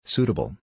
Suitable